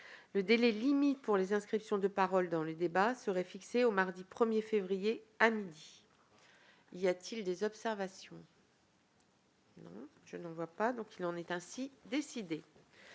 Le délai limite pour les inscriptions de parole dans le débat serait fixé au mardi 1 mars à midi. Y a-t-il des observations ?... Il en est ainsi décidé.